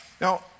Now